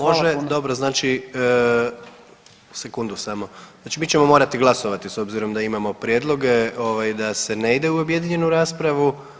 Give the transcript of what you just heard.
Može, dobro, znači, sekundu samo, znači mi ćemo morati glasovati s obzirom da imamo prijedloge ovaj da se ne ide u objedinjenu raspravu.